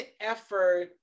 effort